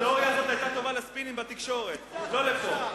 התיאוריה הזאת היתה טובה לספינים בתקשורת, לא לפה.